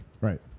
Right